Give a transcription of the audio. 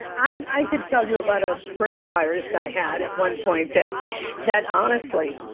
i i could tell you about a brain virus i had at one point that that honestly.